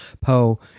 Poe